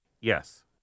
Yes